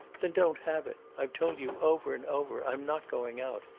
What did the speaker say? then don't have it. i've told you, over and over, i'm not going out.